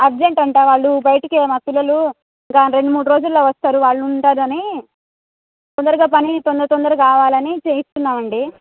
urgent అంట వాళ్ళు బయటికి పిల్లలూ రెండు మూడు రోజుల్లో వస్తారు వాళ్ళు ఉంటారని తొందరగా పని తొందరతొందర కావాలని చేయిస్తున్నామండి